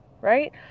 right